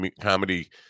comedy